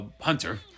hunter